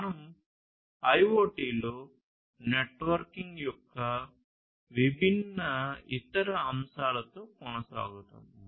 మనం IoT లో networking యొక్క విభిన్న ఇతర అంశాలతో కొనసాగుతాము